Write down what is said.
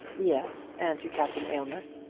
yes and to captain aylmer.